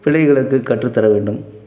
பிள்ளைகளுக்கு கற்றுத்தர வேண்டும்